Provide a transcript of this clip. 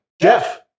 Jeff